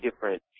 different